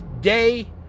day